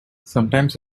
sometimes